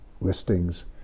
listings